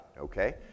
okay